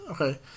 okay